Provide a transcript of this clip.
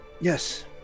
Yes